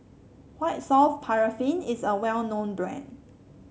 White Soft Paraffin is a well known brand